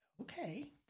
okay